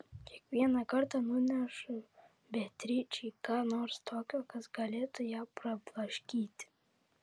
kiekvieną kartą nunešu beatričei ką nors tokio kas galėtų ją prablaškyti